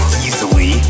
easily